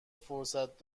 فرصت